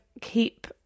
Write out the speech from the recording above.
keep